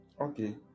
Okay